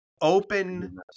open